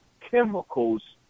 chemicals